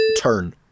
turn